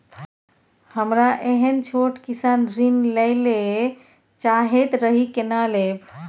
हमरा एहन छोट किसान ऋण लैले चाहैत रहि केना लेब?